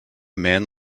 man